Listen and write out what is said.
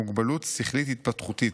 מוגבלות שכלית התפתחותית.